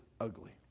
ugly